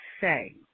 say